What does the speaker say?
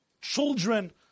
children